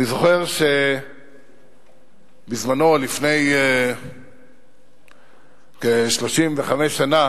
אני זוכר שבזמנו, לפני כ-35 שנה,